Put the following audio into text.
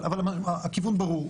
אבל הכיוון ברור.